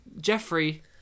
Jeffrey